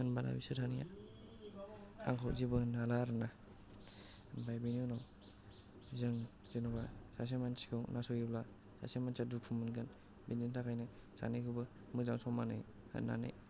होम्बाना बिसोरसानैया आंखौ जेबो होननो हाला आरो ना ओमफ्राय बेनि उनाव जों जेन'बा सासे मानसिखौ नासयोब्ला सासे मानसिया दुखु मोनगोन बेनि थाखायनो सानैखौबो मोजां सनमानै होनानै